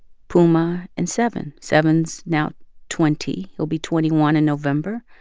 puma and seven. seven's now twenty. he'll be twenty one in november.